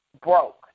broke